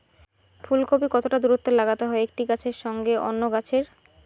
ফুলকপি কতটা দূরত্বে লাগাতে হয় একটি গাছের সঙ্গে অন্য গাছের?